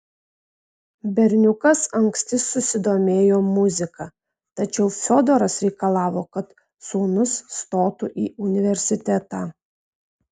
berniukas anksti susidomėjo muzika tačiau fiodoras reikalavo kad sūnus stotų į universitetą